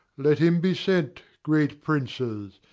let him be sent, great princes,